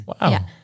Wow